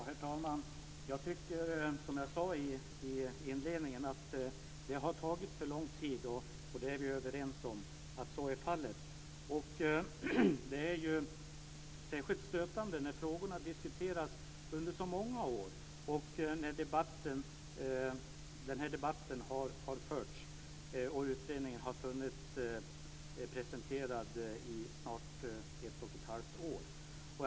Herr talman! Jag tycker, som jag sade i inledningen, att det har tagit för lång tid. Vi är också överens om att så är fallet. Detta är särskilt stötande när frågorna har diskuterats under så många år. Den här debatten har förts och utredningen har funnits presenterad i snart ett och ett halvt år.